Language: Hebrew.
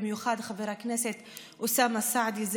במיוחד חבר הכנסת אוסאמה סעדי.